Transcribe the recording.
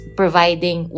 providing